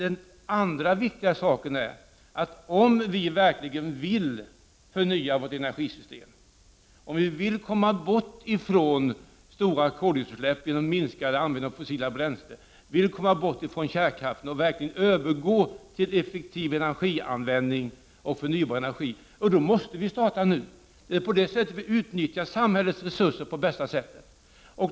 En annan viktig sak är att om vi verkligen vill förnya vårt energisystem, om vi vill komma bort från stora koldioxidutsläpp genom minskad användning av fossila bränslen, om vi vill komma bort från kärnkraften och verkligen övergå till effektiv energianvändning av förnybar energi, måste vi starta nu. Det är så vi utnyttjar samhällets resurser på bästa sätt.